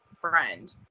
friend